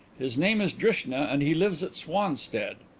his name is drishna and he lives at swanstead.